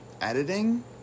editing